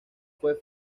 fue